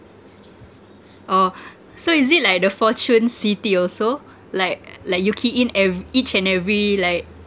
oh so is it like the fortune city also like like you key in ev~ each and every like